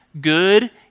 good